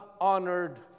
honored